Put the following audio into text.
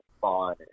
fun